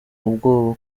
ubwoba